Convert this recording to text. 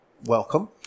Welcome